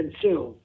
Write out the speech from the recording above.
consume